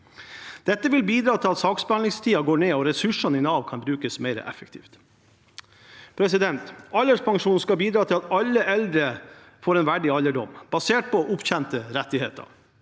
Dette vil bidra til at saksbehandlingstiden går ned og ressursene i Nav kan brukes mer effektivt. Alderspensjonen skal bidra til at alle eldre får en verdig alderdom basert på opptjente rettigheter.